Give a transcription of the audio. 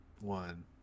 one